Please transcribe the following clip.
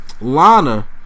Lana